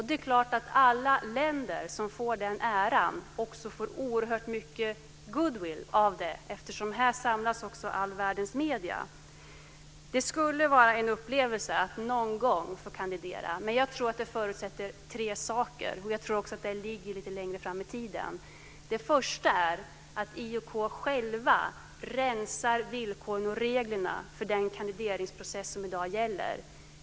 Det är klart att alla länder som får den äran också får oerhört mycket goodwill. Här samlas också all världens medier. Det skulle vara en upplevelse att någon gång få kandidera, men jag tror att det förutsätter tre saker. Det ligger också lite längre fram i tiden. Den första är att IOK själv rensar villkoren och reglerna för den kandideringsprocess som i dag gäller.